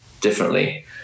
differently